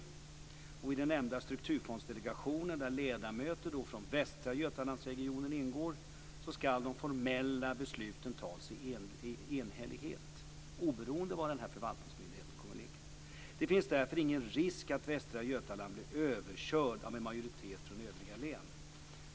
I den enda strukturfondsdelegationen, där ledamöter från Västra Götalandsregionen ingår, ska de formella besluten tas i enhällighet, oberoende av var förvaltningsmyndigheten kommer att ligga. Det finns därför ingen risk att Västra Götaland blir överkört av en majoritet från övriga län.